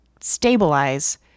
stabilize